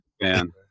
man